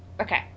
Okay